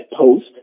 post